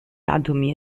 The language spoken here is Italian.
atomi